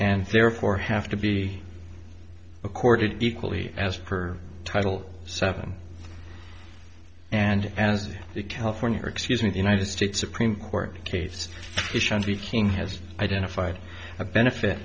and therefore have to be accorded equally as per title seven and as the california excuse me the united states supreme court case king has identified a benefit